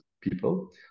people